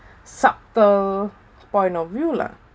subtle point of view lah